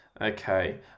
Okay